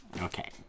Okay